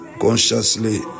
consciously